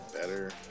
better